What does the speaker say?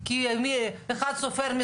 לא גילנות לרעה.